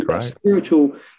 spiritual